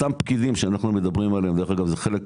אותם פקידים שאנחנו מדברים עליהם,